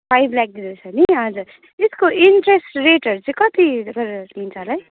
five lakh दिँदैछ नि हजुर त्यसको इन्ट्रेस्ट रेटहरू चाहिँ कति गरेर दिन्छ होला है